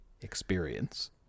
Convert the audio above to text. experience